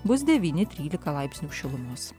bus devyni trylika laipsnių šilumos